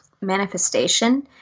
manifestation